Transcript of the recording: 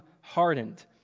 Hardened